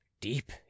Deep